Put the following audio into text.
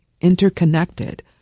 interconnected